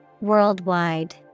Worldwide